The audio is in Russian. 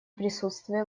присутствия